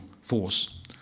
force